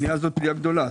זו פנייה גדולה.